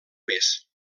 més